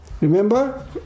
remember